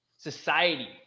society